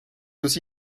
aussi